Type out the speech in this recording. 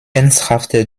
ernsthafte